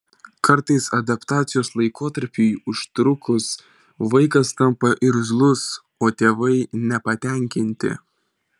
kartais adaptacijos laikotarpiui užtrukus vaikas tampa irzlus o tėvai nepatenkinti